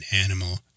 animal